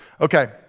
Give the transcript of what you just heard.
okay